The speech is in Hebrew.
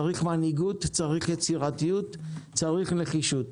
צריך מנהיגות, צריך יצירתיות, צריך נחישות.